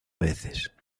veces